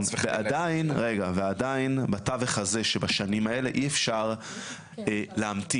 ועדיין רגע ועדיין בתווך הזה שבשנים האלה אי אפשר להמתין,